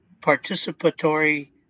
participatory